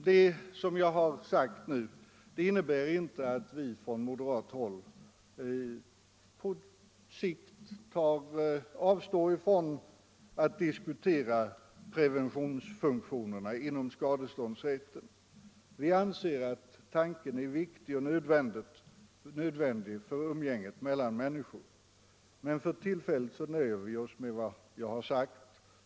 Det som jag har sagt innebär emellertid inte att vi från moderat håll på sikt avstår från att diskutera preventionsfunktionerna inom skadeståndsrätten. Vi anser att tanken är viktig och nödvändig för umgänget mellan människor, men för tillfället nöjer vi oss med vad jag här har redovisat.